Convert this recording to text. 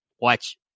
Watch